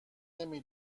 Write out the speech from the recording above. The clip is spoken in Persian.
نمی